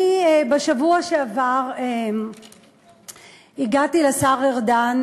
אני, בשבוע שעבר, הגעתי לשר ארדן